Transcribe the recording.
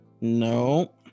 No